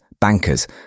bankers